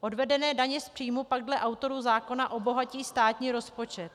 Odvedené daně z příjmů pak dle autorů zákona obohatí státní rozpočet,